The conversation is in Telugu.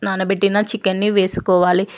నానబెట్టిన చికెన్ని వేసుకోవాలి